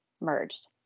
merged